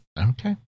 okay